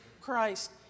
Christ